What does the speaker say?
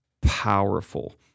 powerful